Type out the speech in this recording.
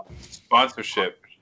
sponsorship